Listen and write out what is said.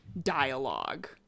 dialogue